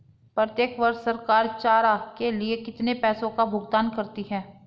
प्रत्येक वर्ष सरकार चारा के लिए कितने पैसों का भुगतान करती है?